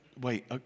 wait